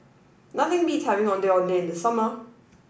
nothing beats having Ondeh Ondeh in the summer